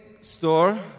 store